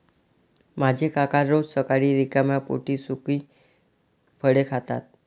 माझे काका रोज सकाळी रिकाम्या पोटी सुकी फळे खातात